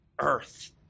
earth